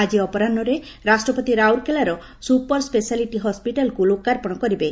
ଆକି ଅପରାହ୍ରେ ରାଷ୍ରପତି ରାଉରକେଲାର ସୁପର ସ୍ବେଶାଲିଟି ହସ୍ପିଟାଲକୁ ଲୋକାର୍ପଣ କରିବେ